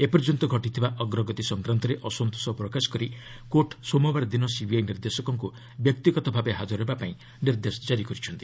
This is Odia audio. ଏପର୍ଯ୍ୟନ୍ତ ଘଟିଥିବା ଅଗ୍ରଗତି ସଂକ୍ରାନ୍ତରେ ଅସନ୍ତୋଷ ପ୍ରକାଶ କରି କୋର୍ଟ ସୋମବାର ଦିନ ସିବିଆଇ ନିର୍ଦ୍ଦେଶକଙ୍କୁ ବ୍ୟକ୍ତିଗତ ଭାବେ ହାଜର ହେବାକୁ ନିର୍ଦ୍ଦେଶ ଦେଇଛନ୍ତି